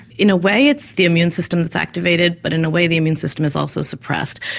in a way it's the immune system that's activated, but in a way the immune system is also suppressed.